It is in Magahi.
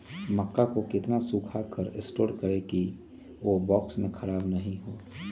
मक्का को कितना सूखा कर स्टोर करें की ओ बॉक्स में ख़राब नहीं हो?